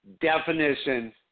definition